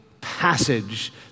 Passage